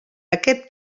aquest